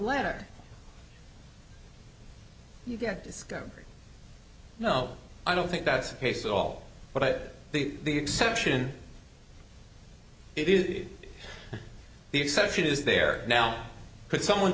letter you get discovery no i don't think that's the case at all but the exception it is the exception is there now could someone